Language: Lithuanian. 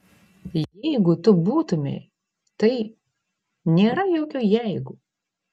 jeigu tu būtumei tai nėra jokio jeigu